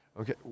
Okay